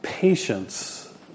Patience